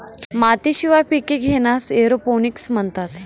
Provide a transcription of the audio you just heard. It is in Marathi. मातीशिवाय पिके घेण्यास एरोपोनिक्स म्हणतात